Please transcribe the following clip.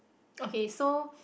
okay so